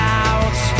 out